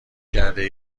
کرده